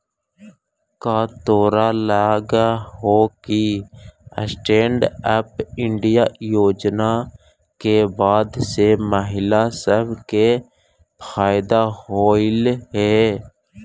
का तोरा लग हो कि स्टैन्ड अप इंडिया योजना के बाद से महिला सब के फयदा होलई हे?